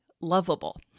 lovable